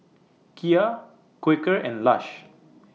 Kia Quaker and Lush